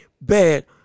bad